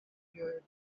your